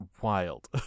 wild